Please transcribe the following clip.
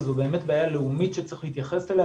אבל זו באמת בעיה לאומית שצריך להתייחס אליה,